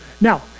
Now